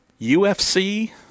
UFC